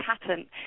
patent